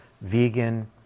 vegan